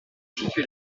situé